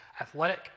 athletic